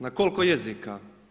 Na koliko jezika?